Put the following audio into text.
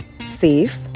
Safe